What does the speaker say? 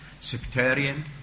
sectarian